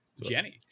Jenny